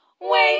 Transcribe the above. Wait